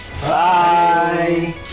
Bye